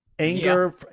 anger